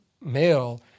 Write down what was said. male